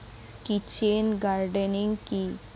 Kitchen gardening কি?